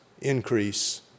increase